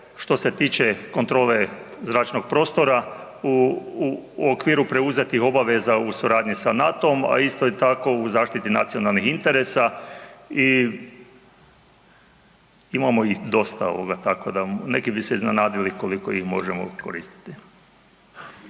što se tiče kontrole zračnog prostora u okviru preuzetih obveza u suradnji sa NATO-om, a isto tako u zaštiti nacionalnih interesa i imamo ih dosta. Tako da neki bi se iznenadili koliko ih možemo koristiti.